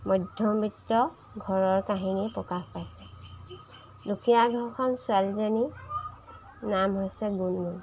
মধ্যমিত্ত ঘৰৰ কাহিনী প্ৰকাশ পাইছে দুখীয়া ঘৰখন ছোৱালীজনীৰ নাম হৈছে গুণগুণ